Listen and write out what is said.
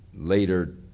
Later